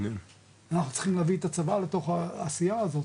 אנחנו צריכים להביא את הצבא לתוך העשייה הזאתי,